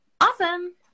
Awesome